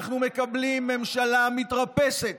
אנחנו מקבלים ממשלה מתרפסת.